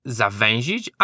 zawęzić